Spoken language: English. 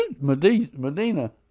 Medina